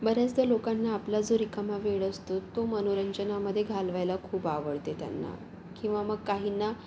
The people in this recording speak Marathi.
बऱ्याचदा लोकांना आपला जो रिकामा वेळ असतो तो मनोरंजनामध्ये घालवायला खूप आवडते त्यांना किंवा मग काहींना